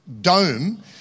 dome